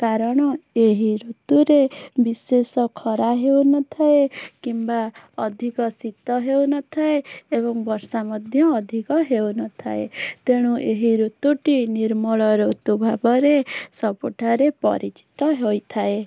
କାରଣ ଏହି ଋତୁରେ ବିଶେଷ ଖରା ହେଉନଥାଏ କିମ୍ବା ଅଧିକ ଶୀତ ହେଉନଥାଏ ଏବଂ ବର୍ଷା ମଧ୍ୟ ଅଧିକ ହେଉନଥାଏ ତେଣୁ ଏହି ଋତୁଟି ନିର୍ମଳ ଋତୁ ଭାବରେ ସବୁଠାରୁ ପରିଚିତ ହୋଇଥାଏ